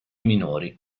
minori